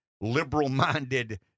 liberal-minded